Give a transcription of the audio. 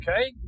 Okay